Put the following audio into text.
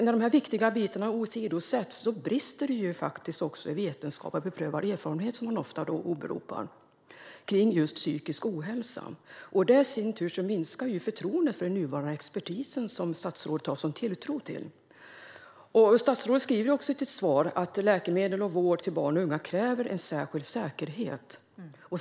När de viktiga bitarna åsidosätts brister det i vetenskap och beprövad erfarenhet, som man ofta åberopar, om just psykisk ohälsa. Det i sin tur minskar förtroendet för den nuvarande expertisen, som statsrådet har en sådan tilltro till. Statsrådet säger i sitt svar att läkemedel och vård till barn och unga kräver en särskild säkerhet.